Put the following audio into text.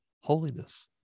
holiness